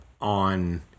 on